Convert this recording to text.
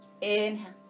Inhale